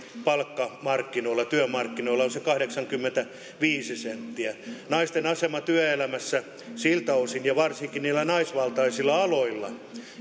työmarkkinoilla on se kahdeksankymmentäviisi senttiä naisten asema työelämässä siltä osin ja varsinkin niillä naisvaltaisilla aloilla